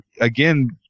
again